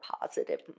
positive